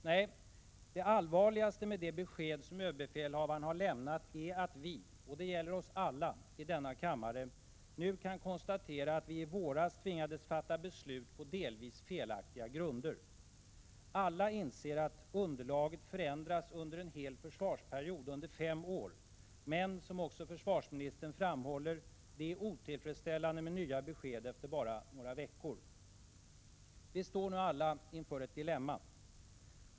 Nej, det allvarligaste med det besked som överbefälhavaren har lämnat är att vi — och det gäller oss alla i denna kammare — nu kan konstatera att vi i våras tvingades fatta beslut på delvis felaktiga grunder. Alla inser att underlaget förändras under en hel försvarsperiod om fem år, men, som också försvarsministern framhåller, det är otillfredsställande med nya besked efter bara några veckor. Vi står nu alla inför ett dilemma.